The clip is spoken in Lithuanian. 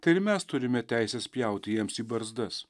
tai ir mes turime teisę spjauti jiems į barzdas